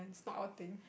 not our thing